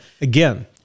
again